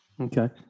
Okay